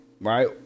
right